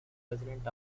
president